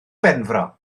benfro